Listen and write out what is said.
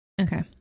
okay